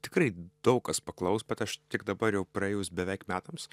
tikrai daug kas paklaus bet aš tik dabar jau praėjus beveik metams